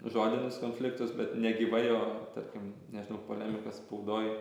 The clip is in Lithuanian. žodinius konfliktus bet negyvai o tarkim nežinau polemika spaudoj